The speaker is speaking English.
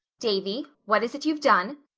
davy, what is it you've done?